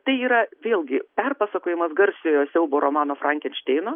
tai yra vėlgi perpasakojamas garsiojo siaubo romano frankenšteino